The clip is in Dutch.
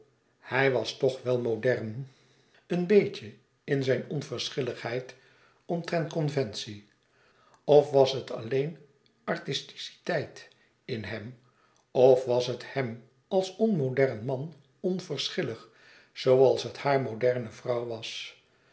hij was toch wèl modern een beetje in zijne onverschilligheid omtrent conventie of was het alleen artisticiteit in hem of was het hèm als on modern man onverschillig zooals het haar moderne vrouw was